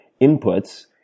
inputs